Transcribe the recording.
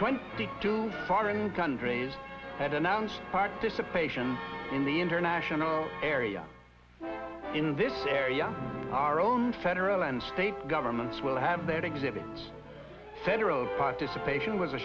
two foreign countries that announced participation in the international area in this area our own federal and state governments will have their exhibits federal participation was a